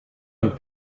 und